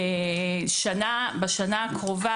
בשנה הקרובה,